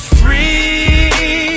free